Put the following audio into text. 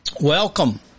Welcome